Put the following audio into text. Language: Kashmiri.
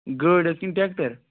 گٲڑۍ حظ کِنہٕ ٹریکٹَر